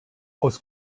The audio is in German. aus